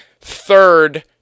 third